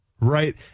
right